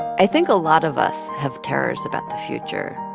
i think a lot of us have terrors about the future.